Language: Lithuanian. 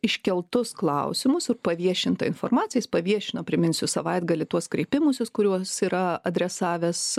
iškeltus klausimus paviešintą informaciją paviešino priminsiu savaitgalį tuos kreipimusis kuriuos yra adresavęs